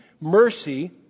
mercy